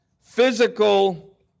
physical